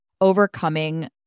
overcoming